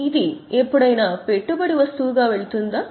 ఇది ఎప్పుడైనా పెట్టుబడి వస్తువుగా వెళ్తుందా